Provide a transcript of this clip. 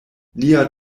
lia